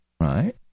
right